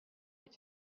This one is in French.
est